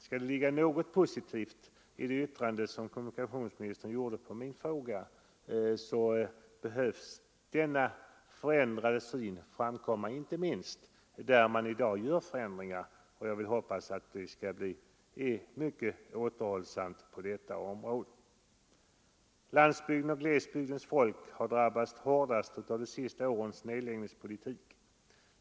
Skall det ligga något positivt i vad kommunikationsministern sade med anledning av min fråga behöver denna förändrade syn komma fram när man i fortsättningen gör förändringar. Landsbygdens och glesbygdens folk har drabbats hårdast av de senaste årens nedläggningspolitik.